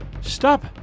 Stop